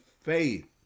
faith